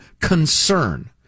concern